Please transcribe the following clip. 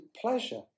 pleasure